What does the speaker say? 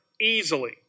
easily